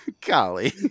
Golly